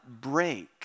break